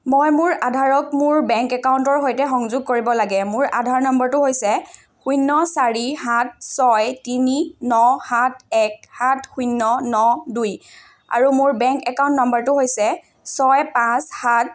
মই মোৰ আধাৰক মোৰ বেংক একাউণ্টৰ সৈতে সংযোগ কৰিব লাগে মোৰ আধাৰ নম্বৰটো হৈছে শূন্য চাৰি সাত ছয় তিনি ন সাত এক সাত শূন্য ন দুই আৰু মোৰ বেংক একাউণ্ট নম্বৰটো হৈছে ছয় পাঁচ সাত